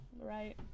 Right